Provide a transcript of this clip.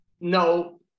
No